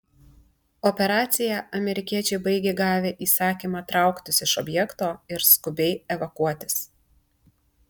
operaciją amerikiečiai baigė gavę įsakymą trauktis iš objekto ir skubiai evakuotis